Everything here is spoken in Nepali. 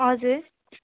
हजुर